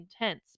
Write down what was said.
intense